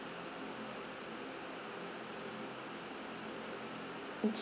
okay